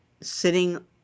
sitting